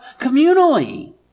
communally